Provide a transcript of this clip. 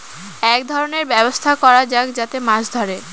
এক ধরনের ব্যবস্থা করা যাক যাতে মাছ ধরে